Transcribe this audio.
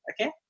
okay